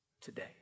today